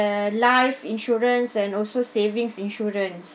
life insurance and also savings insurance